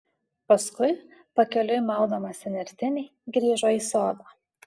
paskui pakeliui maudamasi nertinį grįžo į sodą